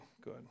Good